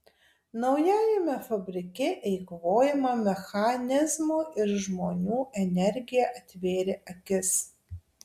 naujajame fabrike eikvojama mechanizmų ir žmonių energija atvėrė akis